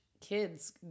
kids